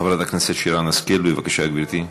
הכנסת שרן השכל, בבקשה, גברתי.